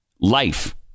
life